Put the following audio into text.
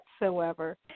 whatsoever